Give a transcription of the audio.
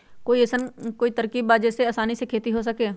कोई अइसन कोई तरकीब बा जेसे आसानी से खेती हो सके?